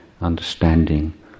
understanding